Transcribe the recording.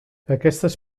aquestes